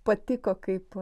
patiko kaip